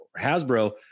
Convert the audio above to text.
Hasbro